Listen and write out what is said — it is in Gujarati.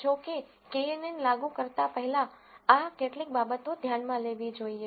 જો કે કેએનએન લાગુ કરતા પહેલા આ કેટલીક બાબતો ધ્યાનમાં લેવી જોઈએ